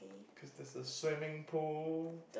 cause there's a swimming pool